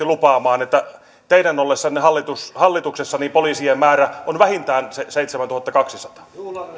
lupaamaan että teidän ollessanne hallituksessa poliisien määrä on vähintään se seitsemäntuhattakaksisataa